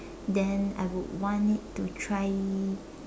then I would want it to try